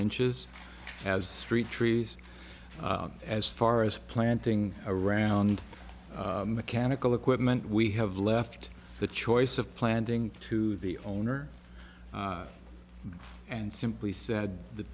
inches as street trees as far as planting around mechanical equipment we have left the choice of planting to the owner and simply said that